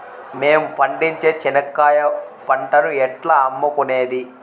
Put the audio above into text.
మేము పండించే చెనక్కాయ పంటను ఎట్లా అమ్ముకునేది?